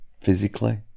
physically